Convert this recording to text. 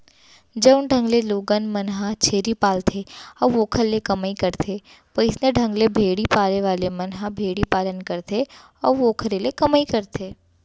जउन ढंग ले लोगन मन ह छेरी पालथे अउ ओखर ले कमई करथे वइसने ढंग ले भेड़ी वाले मन ह भेड़ी पालन करथे अउ ओखरे ले कमई करथे